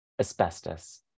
Asbestos